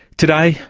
today,